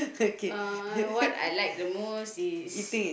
uh what I like the most is